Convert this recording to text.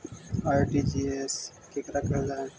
RTGS केकरा कहल जा है?